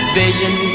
vision